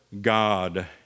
God